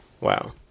wow